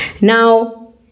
now